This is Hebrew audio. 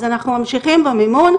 אז אנחנו ממשיכים את המימון.